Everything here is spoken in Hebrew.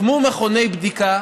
הוקמו מכוני בדיקה,